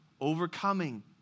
Overcoming